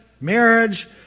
marriage